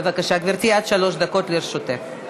בבקשה, גברתי, עד שלוש דקות לרשותך.